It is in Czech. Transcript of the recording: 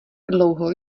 dlouho